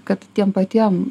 kad tiem patiem